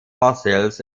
fossils